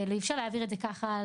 אי אפשר להעביר את זה ככה.